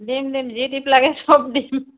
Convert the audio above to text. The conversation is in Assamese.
দিম দিম যি টিপ লাগে সব দিম